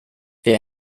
wer